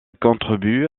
contribue